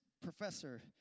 professor